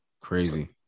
crazy